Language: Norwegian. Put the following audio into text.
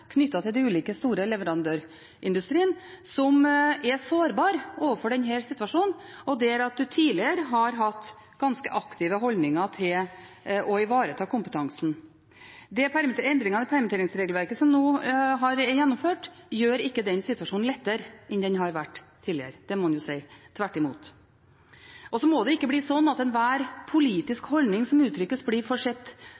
knyttet til de ulike store leverandørindustriene som er sårbar overfor denne situasjonen, og en har tidligere hatt ganske aktive holdninger til å ivareta kompetansen. Endringene i permitteringsregelverket som en nå har gjennomført, gjør ikke den situasjonen lettere enn den har vært tidligere, det må en si – tvert imot. Så må det ikke bli slik at enhver